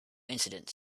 incidents